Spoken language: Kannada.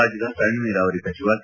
ರಾಜ್ಯದ ಸಣ್ಣ ನೀರಾವರಿ ಸಚಿವ ಸಿ